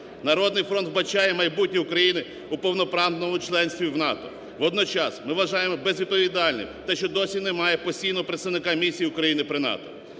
"Народний фронт" вбачає майбутнє України у повноправному членстві в НАТО. Водночас, ми вважаємо безвідповідальним те, що досі немає постійного представника місії України при НАТО.